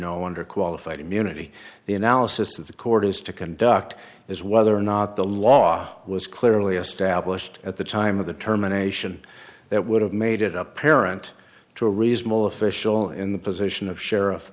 know under qualified immunity the analysis that the court has to conduct is whether or not the law was clearly established at the time of the terminations that would have made it apparent to a reasonable official in the position of sheriff